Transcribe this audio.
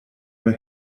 oder